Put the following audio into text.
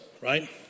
Right